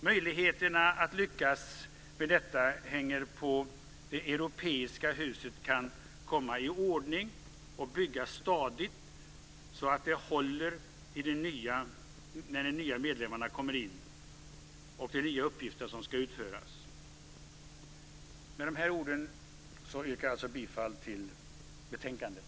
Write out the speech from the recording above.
Möjligheterna att lyckas med detta hänger på om det europeiska huset kan komma i ordning och byggas stadigt så att det håller när de nya medlemmarna kommer in och för de nya uppgifter som ska utföras. Med dessa ord yrkar jag bifall till förslaget i betänkandet.